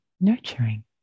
nurturing